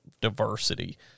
diversity